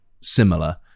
similar